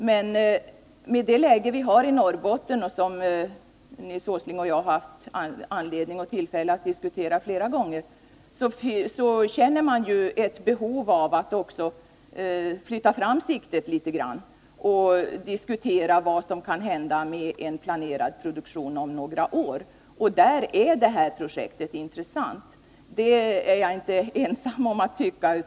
Men med den situation vi har i Norrbotten, något som Nils Åsling och jag haft tillfälle att diskutera flera gånger, känner man ett behov av att flytta fram siktet litet grand och diskutera vad som kan hända med en planerad produktion om några år. Där är detta projekt intressant. Det är jag inte ensam om att tycka.